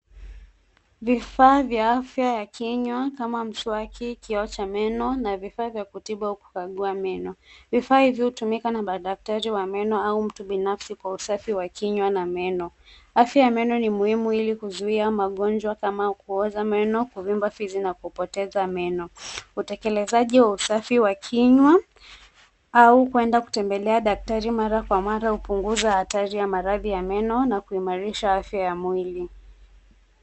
Vifaa vya afya ya kinywa kama mswaki, kioo cha meno na vifaa vya kutibu au kukagua meno. Vifaa hivyo hutumika na madaktari wa meno au mtu binafsi kwa usafi wa kinywa na meno. Afya ya meno ni muhimu ili kuzuia magonjwa kama kuoza meno, kuvimba fizi na kupoteza meno. Utekelezaji wa usafi wa kinywa au kwenda kutembelea daktari mara kwa mara hupunguza hatari ya maradhi ya meno na kuimarisha afya ya mwili.